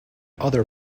other